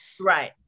right